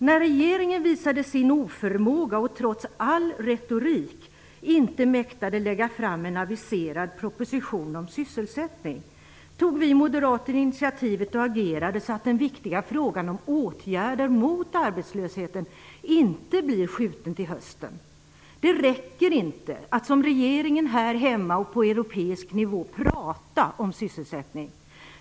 När regeringen visade sin oförmåga och trots all vacker retorik inte mäktade lägga fram en aviserad proposition om sysselsättning, tog vi moderater initiativet och agerade så att den viktiga frågan om åtgärder mot arbetslösheten inte skjuts upp till hösten. Det räcker inte att som regeringen - här hemma och på europeisk nivå - prata om sysselsättning.